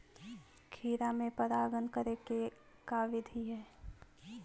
खिरा मे परागण करे के का बिधि है?